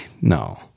No